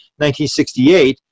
1968